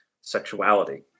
sexuality